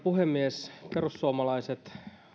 puhemies perussuomalaiset